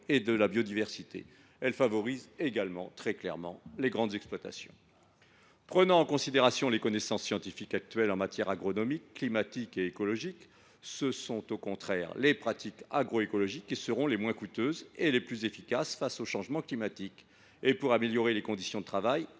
et de la biodiversité, favorise très clairement les grandes exploitations. Si l’on prend en considération les connaissances scientifiques actuelles en matière agronomique, climatique et écologique, il apparaît au contraire que les pratiques agroécologiques seront les moins coûteuses et les plus efficaces face au changement climatique, ainsi que pour améliorer les conditions de travail